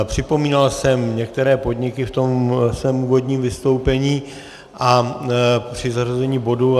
Připomínal jsem některé podniky v tom svém úvodním vystoupení a při zařazení bodu.